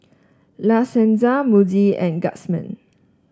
La Senza Muji and Guardsman